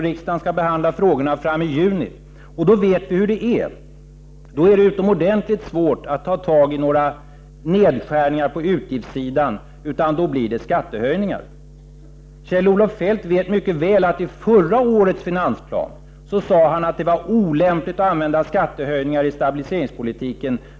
Riksdagen skall behandla frågorna i juni, och då vet vi hur det är, nämligen att det är utomordentligt svårt att ta tag i några nedskärningar på utgiftssidan, och då blir det skattehöjningar. Kjell-Olof Feldt sade i förra årets finansplan att det var olämpligt att använda skattehöjningar i stabiliseringspolitiken.